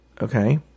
Okay